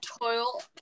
toil